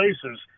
places